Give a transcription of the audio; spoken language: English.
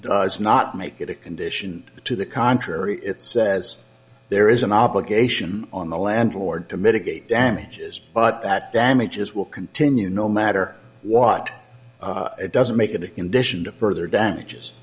does not make it a condition to the contrary it says there is an obligation on the landlord to mitigate damages but that damages will continue no matter what it doesn't make it a condition to further damages